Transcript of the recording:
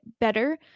better